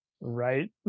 Right